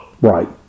Right